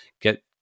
get